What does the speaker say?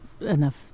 enough